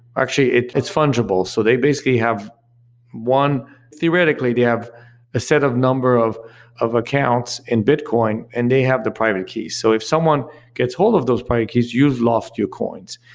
actually it's it's fungible, so they basically have one theoretically, they have a set of number of of accounts in bitcoin and they have the private keys so if someone gets hold of those private keys, you've lost your coins.